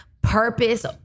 purpose